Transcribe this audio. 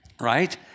right